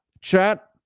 Chat